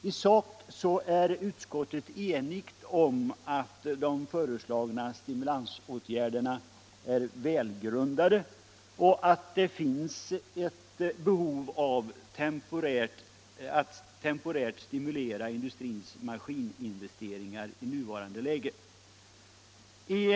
I sak är utskottet enigt om att de föreslagna stimulansåtgärderna är välgrundade och att det finns ett behov att temporärt stimulera industrins maskininvesteringar i nuvarande läge.